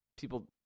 people